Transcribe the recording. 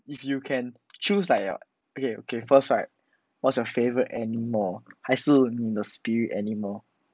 if you can choose like your okay okay first right what is your favourite animal 还是你的 spirit animial